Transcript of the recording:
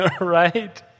Right